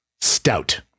stout